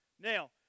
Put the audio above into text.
Now